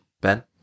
Ben